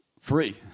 free